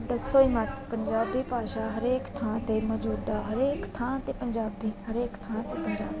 ਦੱਸੋ ਹੀ ਮੱਤ ਪੰਜਾਬੀ ਭਾਸ਼ਾ ਹਰੇਕ ਥਾਂ 'ਤੇ ਮੌਜੂਦ ਆ ਹਰੇਕ ਥਾਂ 'ਤੇ ਪੰਜਾਬੀ ਹਰੇਕ ਥਾਂ 'ਤੇ ਪੰਜਾਬੀ